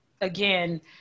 again